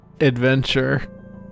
Adventure